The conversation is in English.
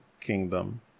kingdom